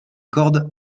cordes